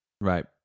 Right